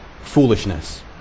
foolishness